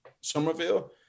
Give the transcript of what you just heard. Somerville